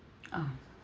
uh